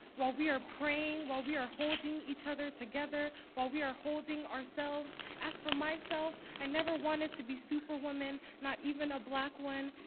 while we are praying, while we are holding each other together, while we are holding ourselves. as for myself, i never wanted to be superwoman, not even a black one.